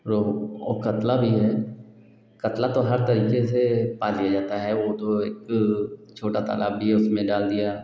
रोहू और कतला भी है कतला तो हर तरीके से पाल लिया जाता है वह तो यह छोटा तालाब भी है उसमें डाल दिया